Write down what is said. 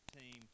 team